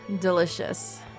delicious